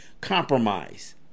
compromise